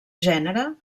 gènere